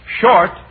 short